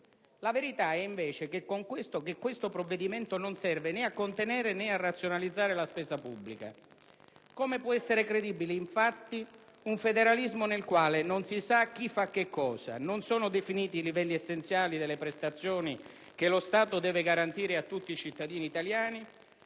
La verità è invece che questo provvedimento non serve né a contenere, né a razionalizzare la spesa pubblica. Come può essere credibile, infatti, un federalismo nel quale non si sa chi fa che cosa e nel quale non sono definiti i livelli essenziali delle prestazioni che lo Stato deve garantire a tutti i cittadini italiani?